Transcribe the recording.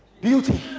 Beauty